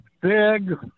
big